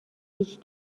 هیچ